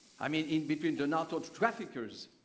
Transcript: i mean in between the narco traffickers.